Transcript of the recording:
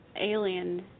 alien